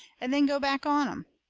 and then go back on em.